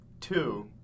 two